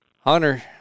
Hunter